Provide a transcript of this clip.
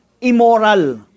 immoral